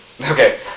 Okay